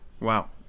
Wow